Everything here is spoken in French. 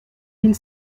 mille